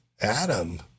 Adam